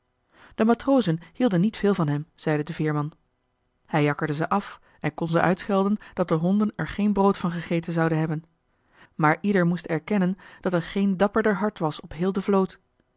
de matrozen hielden niet veel van hem zeide de veerman hij jakkerde ze af en kon ze uitschelden dat de honden er geen brood van gegeten zouden hebben maar ieder moest erkennen dat er geen dapperder hart was op heel de vloot